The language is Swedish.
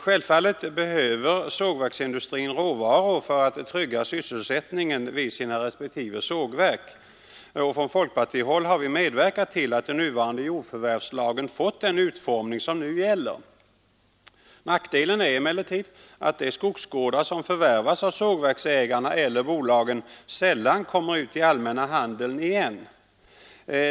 Självfallet behöver sågverksindustrin råvaror för att trygga sysselsättningen vid sina respektive sågverk, och från folk partihåll har vi medverkat till att den nuvarande jordförvärvslagen fått den utformning som nu gäller. Nackdelen är emellertid att de skogsgårdar som förvärvas av sågverksägarna eller bolagen sällan kommer ut i allmänna handeln igen.